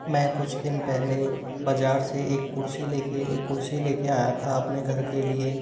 मैं कुछ दिन पहले ही बाजार से एक कुर्सी लेके एक कुर्सी लेके आया था अपने घर के लिए